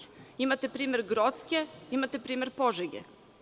Imate primer Grocke, imate primer Požege.